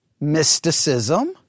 mysticism